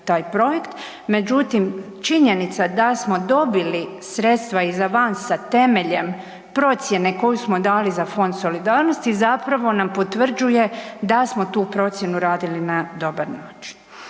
taj projekt. Međutim, činjenica da smo dobili sredstva iz avansa temeljem procjene koju smo dali za fond solidarnosti zapravo nam potvrđuje da smo tu procjenu radili na dobar način.